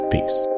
Peace